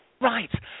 Right